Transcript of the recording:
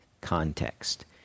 context